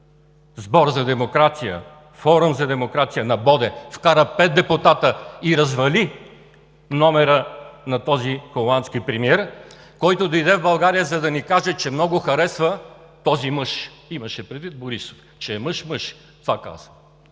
заради което партия „Форум за демокрация“ на Боде вкара пет депутати и развали номера на този холандски премиер, който дойде в България, за да ни каже, че много харесва този мъж – имаше предвид Борисов. Че е мъж – мъж е. Това каза.